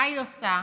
מה היא עושה?